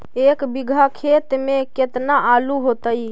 एक बिघा खेत में केतना आलू होतई?